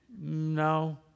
No